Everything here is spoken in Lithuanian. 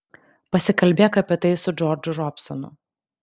pasikalbėk apie tai su džordžu robsonu